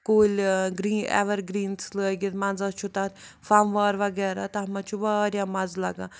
کُلۍ گرٛی evergreens لٲگِتھ منٛزَس چھُ تَتھ فموار وغیرہ تَتھ منٛز چھُ واریاہ مَزٕ لگان